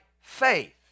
faith